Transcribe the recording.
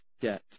debt